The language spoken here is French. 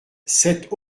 sept